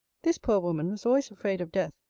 this poor woman was always afraid of death,